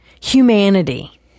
humanity